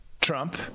Trump